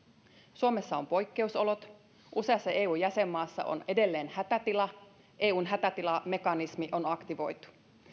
suomessa on poikkeusolot useassa eu jäsenmaassa on edelleen hätätila eun hätätilamekanismi on aktivoitu